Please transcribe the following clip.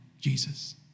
Jesus